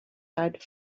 had